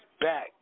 back